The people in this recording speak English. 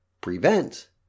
prevent